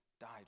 died